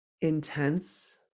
intense